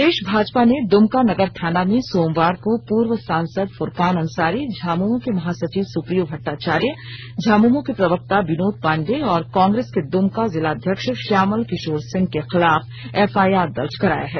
प्रदेश भाजपा ने द्मका नगर थाना में सोमवार को पूर्व सांसद फूरकान अंसारी झामुमो के महासचिव सुप्रियो भट्टाचार्य झामुमो के प्रवक्ता विनोद पांडेय और कांग्रेस के दुमका जिलाध्यक्ष श्यामल किशोर सिंह के खिलाफ एफआइआर दर्ज कराया है